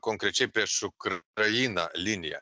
konkrečiai prieš ukrainą linija